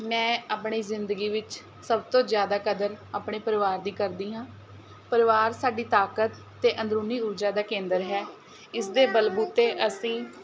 ਮੈਂ ਆਪਣੀ ਜ਼ਿੰਦਗੀ ਵਿੱਚ ਸਭ ਤੋਂ ਜ਼ਿਆਦਾ ਕਦਰ ਆਪਣੇ ਪਰਿਵਾਰ ਦੀ ਕਰਦੀ ਹਾਂ ਪਰਿਵਾਰ ਸਾਡੀ ਤਾਕਤ ਅਤੇ ਅੰਦਰੂਨੀ ਊਰਜਾ ਦਾ ਕੇਂਦਰ ਹੈ ਇਸ ਦੇ ਬਲਵੁਤੇ ਅਸੀਂ